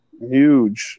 Huge